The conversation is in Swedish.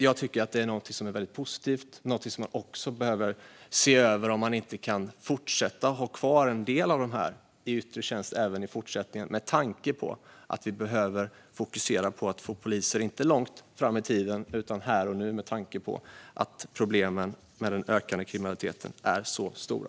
Jag tycker att det är väldigt positivt och att man behöver se över om man kan ha kvar en del av dem i yttre tjänst även i fortsättningen. Vi behöver ju fokusera på att få fler poliser, inte långt fram i tiden utan här och nu, med tanke på att problemen med den ökande kriminaliteten är så stora.